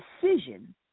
decision